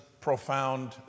profound